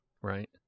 right